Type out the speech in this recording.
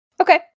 Okay